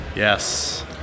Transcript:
Yes